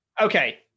Okay